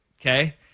Okay